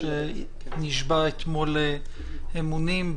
שנשבע אתמול אמונים.